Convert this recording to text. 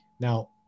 Now